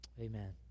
Amen